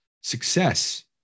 success